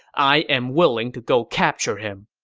i am willing to go capture him.